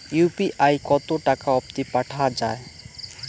UPI কতো টাকা অব্দি পাঠা যায়?